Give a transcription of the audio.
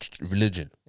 religion